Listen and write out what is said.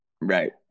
Right